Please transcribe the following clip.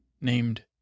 named